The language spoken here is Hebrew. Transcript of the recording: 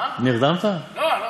לא.